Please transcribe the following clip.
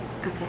Okay